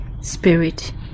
Spirit